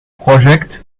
project